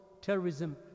terrorism